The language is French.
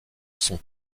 son